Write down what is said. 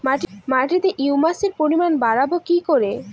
মাটিতে হিউমাসের পরিমাণ বারবো কি করে?